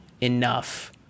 enough